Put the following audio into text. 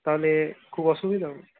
তাহলে খুব অসুবিধা হবে